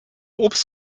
obst